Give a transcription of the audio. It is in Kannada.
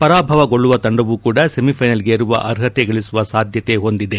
ಪರಾಭವಗೊಳ್ಳುವ ತಂಡವೂ ಕೂಡ ಸೆಮಿಫೈನಲ್ಗೆಗೇರುವ ಅರ್ಹತೆಗಳಿಸುವ ಸಾಧ್ಯತೆ ಹೊಂದಿದೆ